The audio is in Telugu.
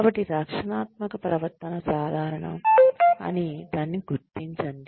కాబట్టి రక్షణాత్మక ప్రవర్తన సాధారణం అని దాన్ని గుర్తించండి